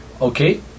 Okay